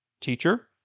Teacher